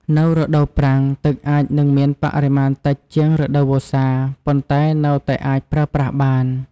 នៅរដូវប្រាំង ទឹកអាចនឹងមានបរិមាណតិចជាងរដូវវស្សា ប៉ុន្តែនៅតែអាចប្រើប្រាស់បាន។